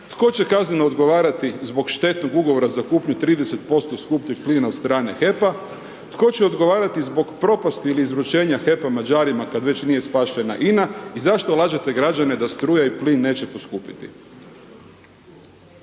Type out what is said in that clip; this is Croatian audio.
tko će kazneno odgovarati zbog štetnog ugovora za kupnju 30% skupljeg plina od strane HEP-a, tko će odgovarati zbog propasti ili izručenja HEP-a Mađarima, kad već nije spašena INA i zašto lažete građane da struja i plin neće poskupjeti?